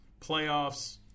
playoffs